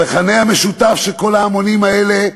המכנה המשותף של כל ההמונים האלה,